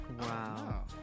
Wow